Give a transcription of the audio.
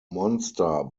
monster